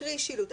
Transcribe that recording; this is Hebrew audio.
תקריאי שילוט.